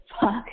fuck